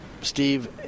Steve